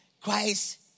Christ